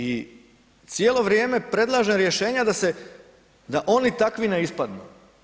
I cijelo vrijeme predlažem rješenja da oni takvi ne ispadnu.